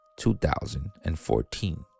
2014